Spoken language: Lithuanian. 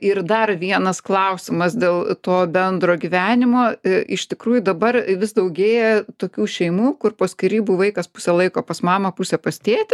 ir dar vienas klausimas dėl to bendro gyvenimo iš tikrųjų dabar vis daugėja tokių šeimų kur po skyrybų vaikas pusę laiko pas mamą pusę pas tėtį